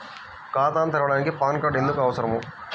ఖాతాను తెరవడానికి PAN card ఎందుకు అవసరము?